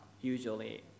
usually